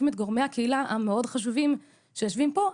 את גורמי הקהילה החשובים שיושבים פה.